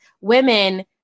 women-